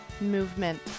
Movement